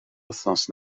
wythnos